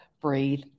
breathe